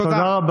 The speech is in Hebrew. תודה.